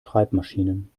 schreibmaschinen